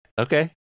okay